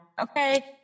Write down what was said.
Okay